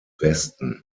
westen